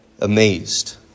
amazed